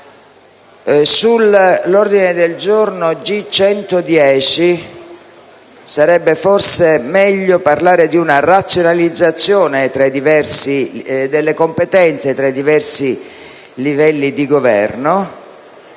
all'ordine del giorno G110, sarebbe forse meglio parlare di una «razionalizzazione delle competenze tra i diversi livelli di governo».